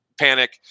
panic